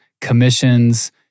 commissions